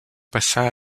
passa